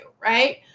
right